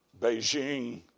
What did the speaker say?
Beijing